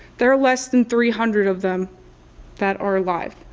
there are less than three hundred of them that are alive.